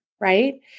Right